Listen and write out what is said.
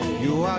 you